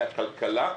מהכלכלה,